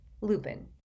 Lupin